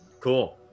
cool